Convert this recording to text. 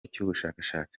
cy’ubushakashatsi